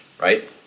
Right